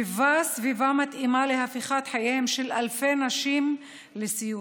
היווה סביבה מתאימה להפיכת חייהן של אלפי נשים לסיוט.